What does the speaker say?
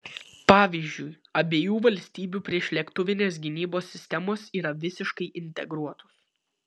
pavyzdžiui abiejų valstybių priešlėktuvinės gynybos sistemos yra visiškai integruotos